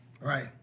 Right